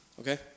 okay